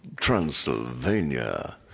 Transylvania